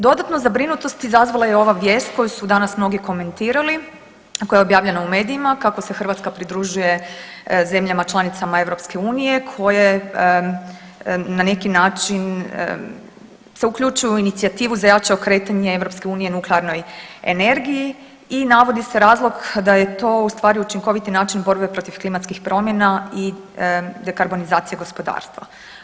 Dodatnu zabrinutost izazvala je ova vijest koju su danas mnogi komentirali koja je objavljena u medijima kako se Hrvatska pridružuje zemljama članicama Europske unije koje na neki način se uključuju u inicijativu za jače okretanje Europske unije nuklearnoj energiji i navodi se razlog da je to ustvari učinkoviti način borbe protiv klimatskih promjena i dekarbonizacija gospodarstva.